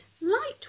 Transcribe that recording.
light